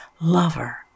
lover